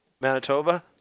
Manitoba